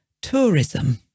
tourism